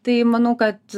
tai manau kad